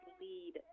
lead